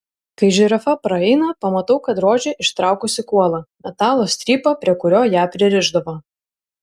kai žirafa praeina pamatau kad rožė ištraukusi kuolą metalo strypą prie kurio ją pririšdavo